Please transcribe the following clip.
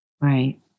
Right